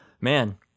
man